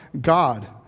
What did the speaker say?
God